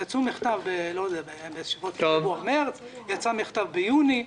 יצא מכתב בסביבות חודש מרץ, יצא מכתב בחודש יוני.